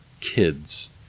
kids